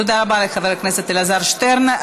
תודה רבה לחבר הכנסת אלעזר שטרן.